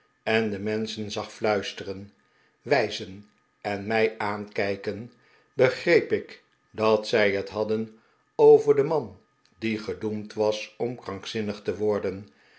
en de menschen zag fhiisteren wijzen en mij aankijken begreep ik dat zij het hadden over den man die gedoemd was om krankzinnig te worden